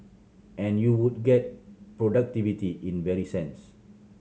and you would get productivity in very sense